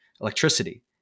electricity